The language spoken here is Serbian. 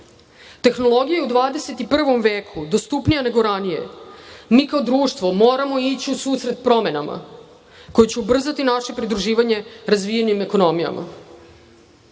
Tehnologije u 21. veku su dostupnije nego ranije. Kao društvo moramo ići u susret promenama koje će ubrzati naše pridruživanje razvijenim ekonomijama. Nedostatak